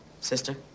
Sister